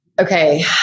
Okay